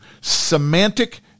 semantic